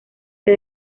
que